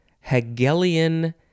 hegelian